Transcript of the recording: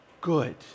good